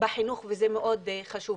בחינוך וזה מאוד חשוב.